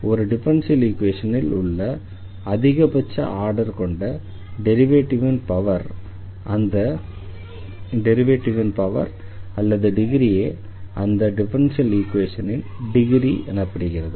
ஒரு டிஃபரன்ஷியல் ஈக்வேஷனில் உள்ள அதிக பட்ச ஆர்டர் கொண்ட டெரிவேட்டிவின் பவர் அல்லது டிகிரியே அந்த டிஃபரன்ஷியல் ஈக்வேஷனின் டிகிரி எனப்படுகிறது